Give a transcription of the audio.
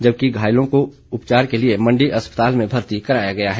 जबकि घायलों को उपचार के लिये मंडी अस्पताल में भर्ती कराया गया है